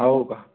हो का